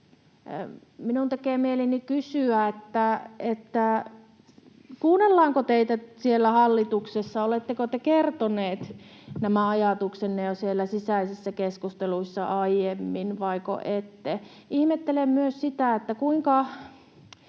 Minun tekee mieleni kysyä, kuunnellaanko teitä siellä hallituksessa. Oletteko te kertonut nämä ajatuksenne jo siellä sisäisissä keskusteluissa aiemmin vaiko ette? Ihmettelen myös sitä, että kun